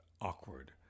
awkward